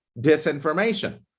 disinformation